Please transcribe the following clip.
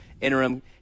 interim